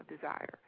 desire